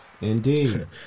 Indeed